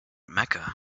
mecca